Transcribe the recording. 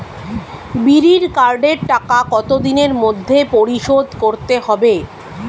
বিড়ির কার্ডের টাকা কত দিনের মধ্যে পরিশোধ করতে হবে?